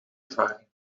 ervaring